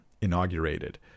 inaugurated